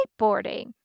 skateboarding